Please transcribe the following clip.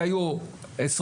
חבר הכנסת משה,